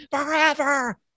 forever